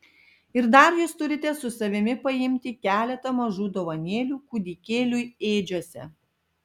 ir dar jūs turite su savimi paimti keletą mažų dovanėlių kūdikėliui ėdžiose